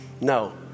No